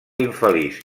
infeliç